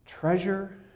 Treasure